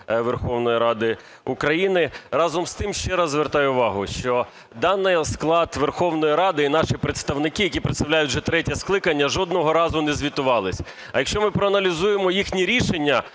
Верховної Ради України. Разом з тим ще раз звертаю увагу, що даний склад Верховної Ради і наші представники, які представляють вже третє скликання, жодного разу не звітувались. А якщо ми проаналізуємо їхні рішення,